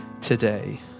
today